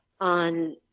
on